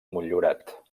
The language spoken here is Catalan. motllurat